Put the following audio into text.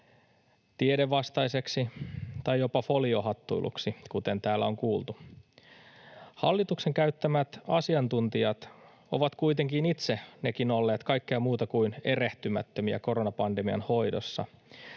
tiedevastaisiksi tai jopa foliohattuiluksi, kuten täällä on kuultu. Hallituksen käyttämät asiantuntijat ovat kuitenkin itsekin olleet kaikkea muuta kuin erehtymättömiä koronapandemian hoidossa.